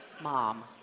mom